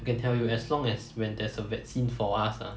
I can tell you as long as when there's a vaccine for us ah